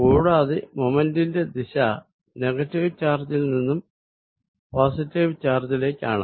കൂടാതെ മോമെന്റിന്റെ ദിശ നെഗറ്റീവ് ചാർജിൽ നിന്നും പോസിറ്റീവ് ചാർജിലേക്കാണ്